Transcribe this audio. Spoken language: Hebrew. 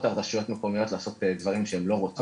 על רשויות מקומיות לעשות דברים שהן לא רוצות.